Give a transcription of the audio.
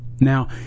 Now